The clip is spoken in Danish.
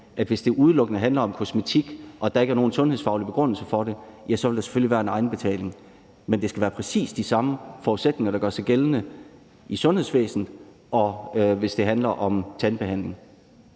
Hvis det udelukkende handler om kosmetik og der ikke er nogen sundhedsfaglig begrundelse for det, ja, så vil der selvfølgelig være en egenbetaling. Men det skal være præcis de samme forudsætninger, der gør sig gældende i sundhedsvæsenet, og hvis det handler om tandbehandling.